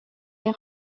les